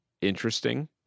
interesting